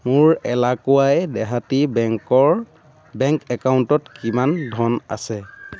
মোৰ এলাকুৱাই দেহাতী বেংকৰ বেংক একাউণ্টত কিমান ধন আছে